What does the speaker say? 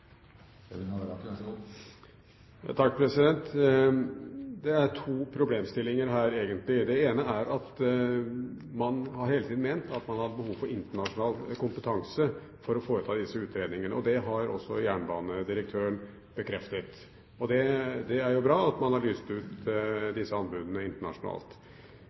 Det er to problemstillinger her, egentlig. Det ene er at man hele tiden har ment at man har behov for internasjonal kompetanse for å foreta disse utredningene, og det har også jernbanedirektøren bekreftet. Det er bra at man har lyst ut disse anbudene internasjonalt.